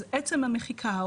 אז עצם המחיקה,